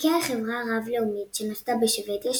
איקאה היא חברה רב-לאומית שנוסדה בשוודיה,